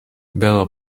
bela